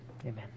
amen